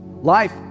life